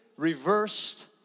reversed